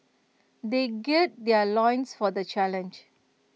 they gird their loins for the challenge